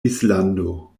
islando